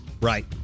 Right